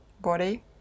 body